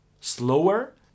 slower